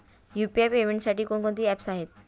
UPI पेमेंटसाठी कोणकोणती apps आहेत?